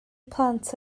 plant